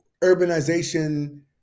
urbanization